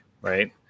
right